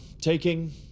taking